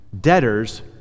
debtors